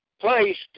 placed